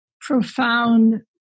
profound